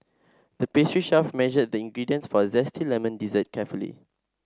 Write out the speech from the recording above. the pastry chef measured the ingredients for a zesty lemon dessert carefully